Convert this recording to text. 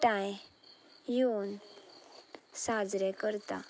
एकठांय येवन साजरे करता